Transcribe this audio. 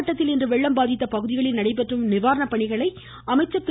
மாவட்டத்தில் இன்று வெள்ளம் பாதித்த பகுதிகளில் நடைபெற்று வரும் நிவாரண பணிகளை அமைச்சர் திரு